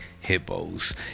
hippos